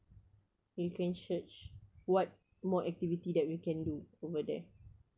you can search what more activity that we can do over there